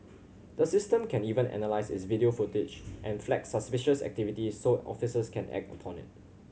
the system can even analyse its video footage and flag suspicious activity so officers can act upon it